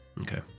Okay